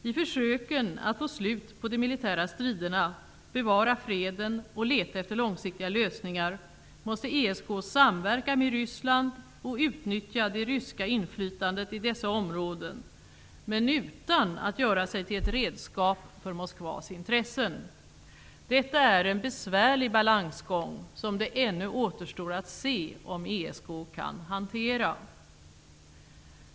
I försöken att få slut på de militära striderna, bevara freden och leta efter långsiktiga lösningar måste ESK samverka med Ryssland och utnyttja det ryska inflytandet i dessa områden, men utan att göra sig till ett redskap för Moskvas intressen. Detta är en besvärlig balansgång, som det ännu återstår att se om ESK kan hantera.